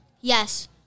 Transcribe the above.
Yes